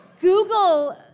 Google